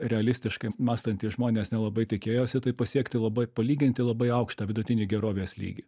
realistiškai mąstantys žmonės nelabai tikėjosi tai pasiekti labai palyginti labai aukštą vidutinį gerovės lygį